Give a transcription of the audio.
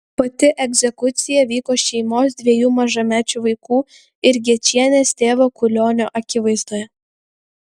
pati egzekucija vyko šeimos dviejų mažamečių vaikų ir gečienės tėvo kulionio akivaizdoje